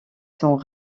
sont